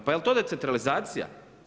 Pa jel' to decentralizacija?